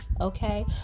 Okay